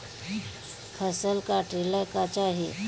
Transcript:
फसल काटेला का चाही?